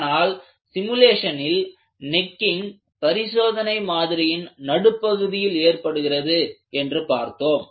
ஆனால் சிமுலேஷனில் நெக்கிங் பரிசோதனை மாதிரியின் நடுப்பகுதியில் ஏற்படுகிறது என்று பார்த்தோம்